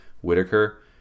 Whitaker